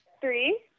Three